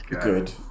Good